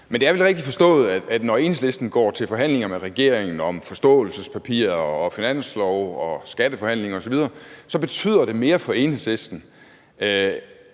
Men det er vel rigtigt forstået, at når Enhedslisten går til forhandlinger med regeringen om forståelsespapirer og finanslov og er med i skatteforhandlinger osv., så betyder alle mulige andre ting